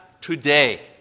today